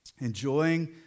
enjoying